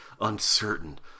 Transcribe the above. uncertain